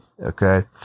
Okay